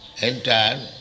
enter